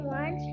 one